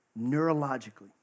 Neurologically